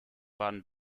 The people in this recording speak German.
baden